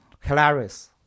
hilarious